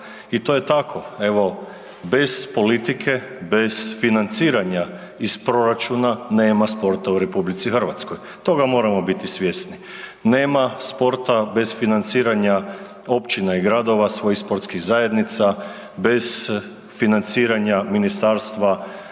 i to je tako. Evo bez politike, bez financiranja iz proračuna nema sporta u RH. Toga moramo biti svjesni. Nema sporta bez financiranja općina i gradova svojih sportskih zajednica bez financiranja Ministarstva kulture